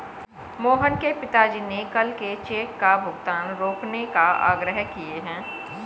मोहन के पिताजी ने कल के चेक का भुगतान रोकने का आग्रह किए हैं